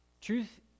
Truth